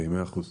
מאה אחוז.